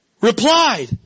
replied